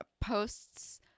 posts